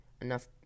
enough